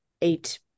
eight